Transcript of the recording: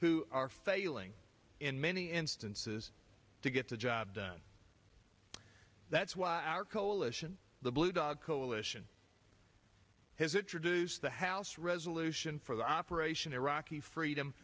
who are failing in many instances to get the job done that's why our coalition the blue dog coalition has introduced the house resolution for the operation iraqi freedom